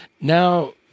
Now